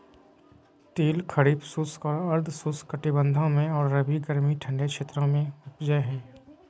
तिल खरीफ शुष्क और अर्ध शुष्क कटिबंधों में और रबी गर्मी ठंडे क्षेत्रों में उपजै हइ